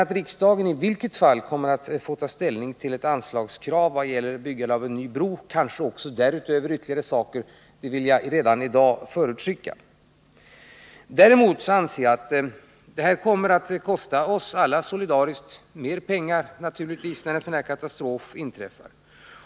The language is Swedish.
Att riksdagen i vilket fall som helst kommer att få ta ställning till ett anslagskrav vad gäller byggande av en ny bro — kanske därutöver också ytterligare saker — vill jag dock redan i dag förutskicka. Det kostar naturligtvis oss alla solidariskt mer pengar när en sådan här katastrof inträffar.